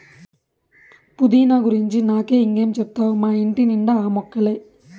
పుదీనా గురించి నాకే ఇం గా చెప్తావ్ మా ఇంటి నిండా ఆ మొక్కలే